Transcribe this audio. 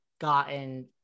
gotten